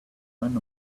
friend